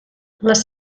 les